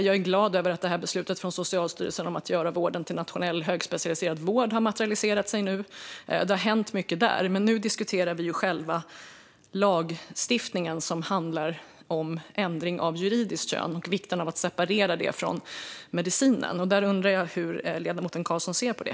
Jag är glad över att beslutet från Socialstyrelsen om att göra vården till nationell högspecialiserad vård har materialiserats nu. Det har hänt mycket där. Men nu diskuterar vi själva lagstiftningen, som handlar om ändring av juridiskt kön och vikten av att separera det från medicinen. Jag undrar hur ledamoten Carlsson ser på det.